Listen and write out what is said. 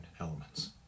elements